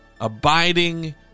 abiding